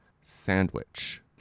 sandwich